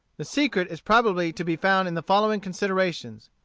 the secret is probably to be found in the following considerations,